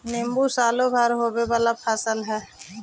लेम्बो सालो भर होवे वाला फसल हइ